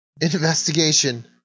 Investigation